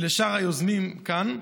ולשאר היוזמים כאן,